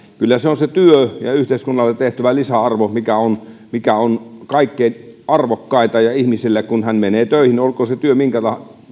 kyllä se on se työ ja yhteiskunnalle tehtävä lisäarvo mikä on mikä on kaikkein arvokkainta ja ihmiselle kun hän menee töihin olkoon se työ minkä